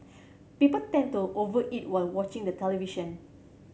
people tend to over eat while watching the television